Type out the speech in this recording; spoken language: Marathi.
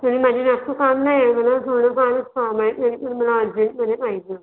तरी माझं जास्त काम नाही आहे म्हणा थोडंफारच काम आहे तरी पण मला अर्जेंटमध्ये पाहिजे